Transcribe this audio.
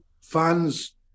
fans